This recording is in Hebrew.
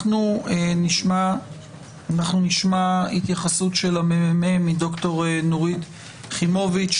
אנחנו נשמע התייחסות של הממ"מ מד"ר נורית יכימוביץ.